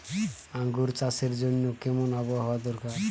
আঙ্গুর চাষের জন্য কেমন আবহাওয়া দরকার?